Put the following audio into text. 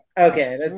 Okay